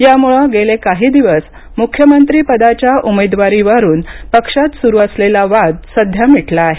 यामुळे गेले काही दिवस मुख्यमंत्रीपदाच्या उमेदवारीवरुन पक्षात सुरू असलेला वाद सध्या मिटला आहे